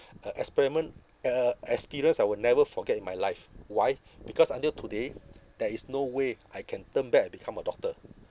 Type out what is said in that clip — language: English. a experiment a experience I will never forget in my life why because until today there is no way I can turn back and become a doctor